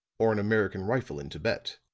or an american rifle in thibet,